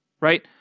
right